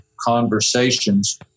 conversations